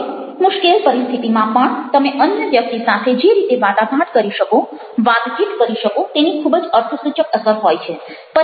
હવે મુશ્કેલ પરિસ્થિતિમાં પણ તમે અન્ય વ્યક્તિ સાથે જે રીતે વાટાઘાટ કરી શકો વાતચીત કરી શકો તેની ખૂબ જ અર્થસૂચક અસર હોય છે